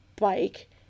bike